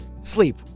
Sleep